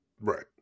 Right